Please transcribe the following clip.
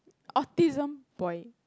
autism boy